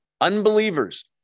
Unbelievers